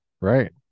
Right